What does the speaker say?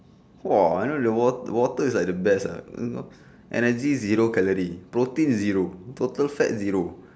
!wah! I know the wa~ wa~ water is like the best ah you know energy zero calorie protein zero total fat zero